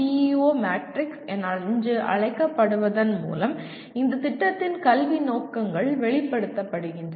ஓ matrix என்று அழைக்கப்படுவதன் மூலம் இந்தத் திட்டத்தின் கல்வி நோக்கங்கள் வெளிப்படுத்தப்படுகின்றன